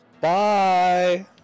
Bye